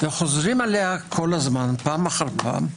וחוזרים עליה פעם אחר פעם,